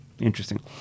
interesting